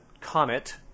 comet